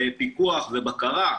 פיקוח ובקרה,